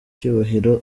icyubahiro